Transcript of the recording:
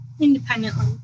independently